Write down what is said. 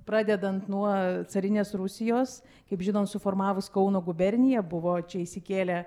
pradedant nuo carinės rusijos kaip žinot suformavus kauno guberniją buvo čia įsikėlę